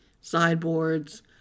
sideboards